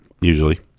usually